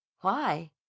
why